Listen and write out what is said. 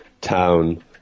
town